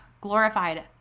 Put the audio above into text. glorified